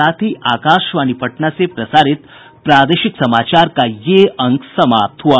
इसके साथ ही आकाशवाणी पटना से प्रसारित प्रादेशिक समाचार का ये अंक समाप्त हुआ